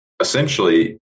Essentially